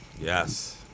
Yes